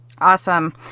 Awesome